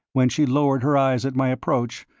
when she lowered her eyes at my approach,